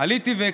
את אחיי החרדים